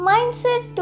Mindset